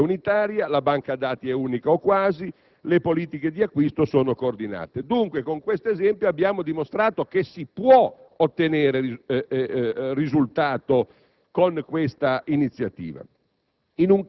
ma una sede unitaria dove la banca dati è unica o quasi e le politiche di acquisto sono coordinate. Con questo esempio abbiamo dimostrato che si può ottenere risultato con questa iniziativa.